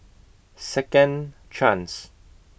Second Chance